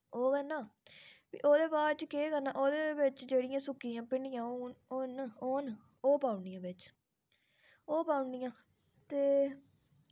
जां कोई मतलब ओह् चाहिदी कड़ोरनी चाहिदी ओह्दै बास्तै ते तवाऽ होई गेआ हर चीज मतलब इस तरीकै कन्नै किचन च यूज होंदी ऐ